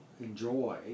enjoy